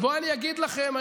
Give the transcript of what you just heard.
אז בואו אני אגיד לכם,